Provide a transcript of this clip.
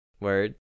Word